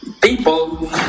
people